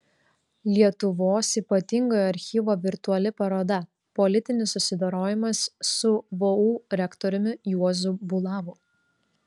lietuvos ypatingojo archyvo virtuali paroda politinis susidorojimas su vu rektoriumi juozu bulavu